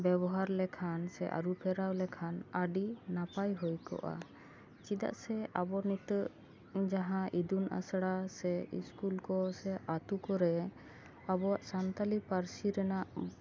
ᱵᱮᱵᱚᱦᱟᱨ ᱞᱮᱠᱷᱟᱱ ᱥᱮ ᱟᱹᱨᱩ ᱯᱷᱮᱨᱟᱣ ᱞᱮᱠᱷᱟᱱ ᱟᱹᱰᱤ ᱱᱟᱯᱟᱭ ᱦᱩᱭ ᱠᱚᱜᱼᱟ ᱪᱮᱫᱟᱜ ᱥᱮ ᱟᱵᱚ ᱱᱤᱛᱚᱜ ᱡᱟᱦᱟᱸ ᱤᱛᱩᱱ ᱟᱥᱲᱟ ᱥᱮ ᱤᱥᱠᱩᱞ ᱠᱚ ᱥᱮ ᱟᱹᱛᱩ ᱠᱚᱨᱮ ᱟᱵᱚᱣᱟᱜ ᱥᱟᱱᱛᱟᱞᱤ ᱯᱟᱹᱨᱥᱤ ᱨᱮᱱᱟᱜ